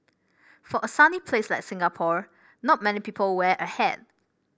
for a sunny place like Singapore not many people wear a hat